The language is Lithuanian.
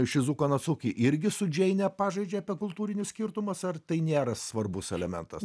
šizuko nazuki irgi su džeine pažaidžia apie kultūrinius skirtumus ar tai nėra svarbus elementas